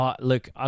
Look